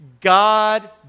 God